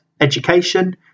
education